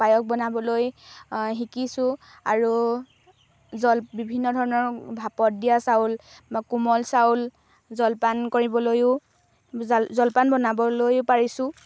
পায়স বনাবলৈ শিকিছোঁ আৰু জল বিভিন্ন ধৰণৰ ভাপত দিয়া চাউল কোমল চাউল জলপান কৰিবলৈও জাল জলপান বনাবলৈও পাৰিছোঁ